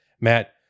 Matt